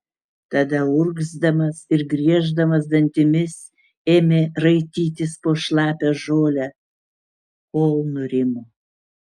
tada urgzdamas ir grieždamas dantimis ėmė raitytis po šlapią žolę kol nurimo